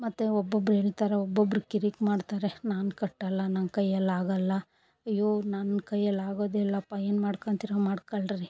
ಮತ್ತು ಒಬ್ಬೊಬ್ಬರು ಹೇಳ್ತಾರೆ ಒಬ್ಬೊಬ್ಬರು ಕಿರಿಕ್ ಮಾಡ್ತಾರೆ ನಾನು ಕಟ್ಟಲ್ಲ ನನ್ನ ಕೈಯಲ್ಲಾಗಲ್ಲ ಅಯ್ಯೋ ನನ್ನ ಕೈಯಲ್ಲಾಗೋದೆ ಇಲ್ಲಪ್ಪ ಏನು ಮಾಡ್ಕೊಂತಿರೋ ಮಾಡ್ಕೊಳ್ರಿ